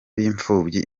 b’imfubyi